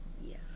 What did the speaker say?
Yes